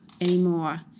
anymore